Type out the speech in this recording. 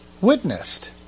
witnessed